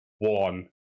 one